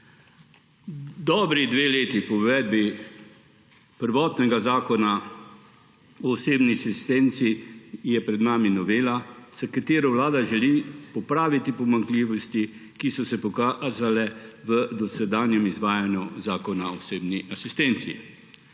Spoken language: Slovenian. Dobri dve leti po uvedbi prvotnega Zakona o osebni asistenci je pred nami novela, s katero Vlada želi popraviti pomanjkljivosti, ki so se pokazale v dosedanjem izvajanju Zakona o osebni asistenci.